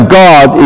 god